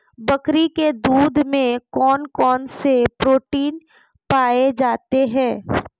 बकरी के दूध में कौन कौनसे प्रोटीन पाए जाते हैं?